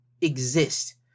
exist